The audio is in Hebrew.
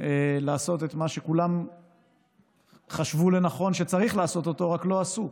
את מה שכולם ראו לנכון שצריך לעשות, רק לא עשו,